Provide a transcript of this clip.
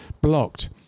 blocked